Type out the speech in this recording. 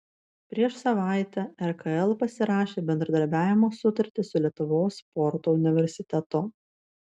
prieš savaitę rkl pasirašė bendradarbiavimo sutartį su lietuvos sporto universitetu